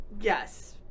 Yes